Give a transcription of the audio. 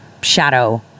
shadow